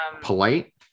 polite